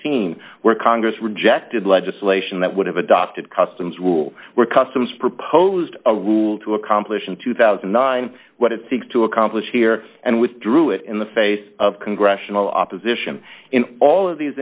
sixteen where congress rejected legislation that would have adopted customs rules were customs proposed a rule to accomplish in two thousand and nine what it seeks to accomplish here and withdrew it in the face of congressional opposition in all of these